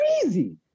crazy